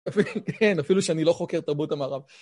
כן, אפילו שאני לא חוקר תרבות המערב.